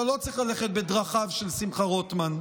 אתה לא צריך ללכת בדרכיו של שמחה רוטמן.